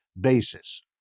basis